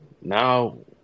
now